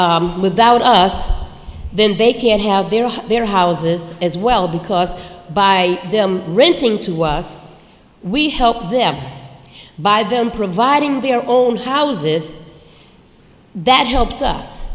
that without us then they can't have their houses as well because by them renting to us we help them buy them providing their own houses that helps us